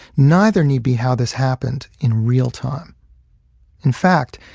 neither need be how this happened in real-time. in fact,